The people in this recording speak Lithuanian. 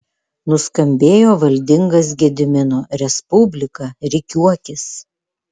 nuskambėjo valdingas gedimino respublika rikiuokis